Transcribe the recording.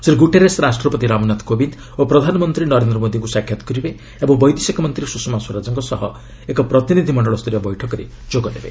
Shri Guterres ରାଷ୍ଟ୍ରପତି ରାମନାଥ କୋବିନ୍ଦ ଓ ପ୍ରଧାନମନ୍ତ୍ରୀ ନରେନ୍ଦ୍ର ମୋଦିଙ୍କୁ ସାକ୍ଷାତ କରିବେ ଏବଂ ବୈଦେଶିକ ମନ୍ତ୍ରୀ ସୁଷମା ସ୍ୱରାଜଙ୍କ ସହ ଏକ ପ୍ରତିନିଧି ମଣ୍ଡଳ ସ୍ତରୀୟ ବୈଠକରେ ଯୋଗ ଦେବେ